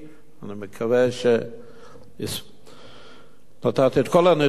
אני מקווה שמסרתי את כל הנתונים.